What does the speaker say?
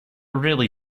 really